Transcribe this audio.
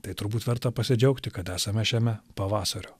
tai turbūt verta pasidžiaugti kad esame šiame pavasario